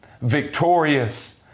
victorious